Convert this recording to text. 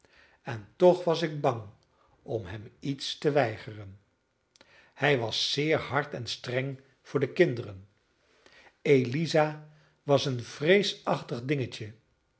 en toch was ik bang om hem iets te weigeren hij was zeer hard en streng voor de kinderen eliza was een vreesachtig dingetje